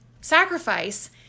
sacrifice